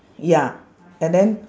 ya and then